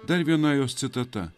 dar viena jos citata